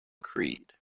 creed